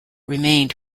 remained